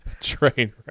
train